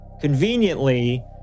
Conveniently